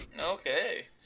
Okay